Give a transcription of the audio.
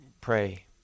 pray